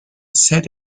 said